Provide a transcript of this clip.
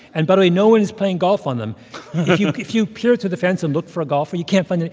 but way, no one is playing golf on them if you if you peered through the fence and looked for a golfer, you can't find any.